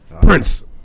Prince